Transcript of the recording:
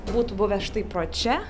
būtų buvęs štai pro čia